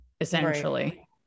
essentially